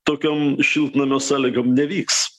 tokiom šiltnamio sąlygom nevyks